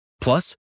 Plus